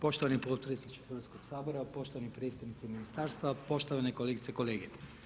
Poštovani podpredsjedniče Hrvatskog sabora, poštovani predstavnici ministarstava, poštovane kolegice i kolege.